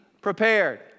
prepared